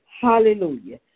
Hallelujah